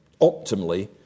optimally